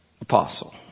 apostle